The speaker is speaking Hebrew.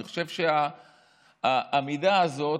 אני חושב שהעמידה הזאת,